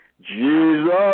Jesus